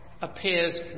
appears